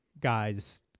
guys—